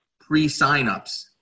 pre-signups